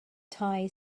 tie